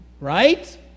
Right